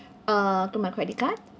uh to my credit card